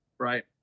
right